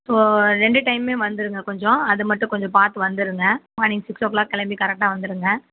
so ரெண்டு டைமுமே வந்துருங்க கொஞ்சம் அதை மட்டும் கொஞ்சம் பார்த்து வந்துருங்க மார்னிங் சிக்ஸ் ஓ கிளாக் கிளம்பி கரெக்டாக வந்துருங்க